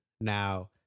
Now